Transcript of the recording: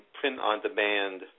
print-on-demand